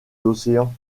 l’océan